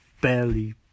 barely